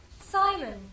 Simon